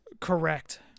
Correct